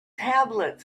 tablet